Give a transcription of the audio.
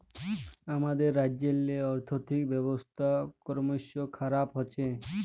আমাদের রাজ্যেল্লে আথ্থিক ব্যবস্থা করমশ খারাপ হছে